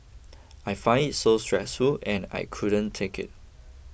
I found it so stressful and I couldn't take it